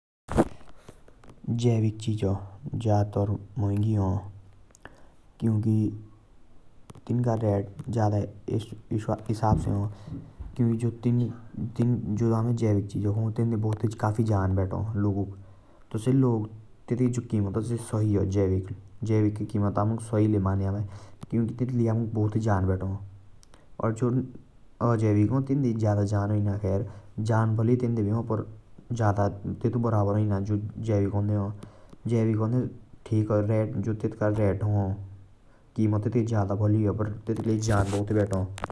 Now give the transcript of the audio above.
जाविक छीग जादा मांगि भातो। जाविक छीगंद काफ़ी जान हा। जाविक के किमत सही ले माने आमे। ततुलै अमुक काफ़ी जान भेटा।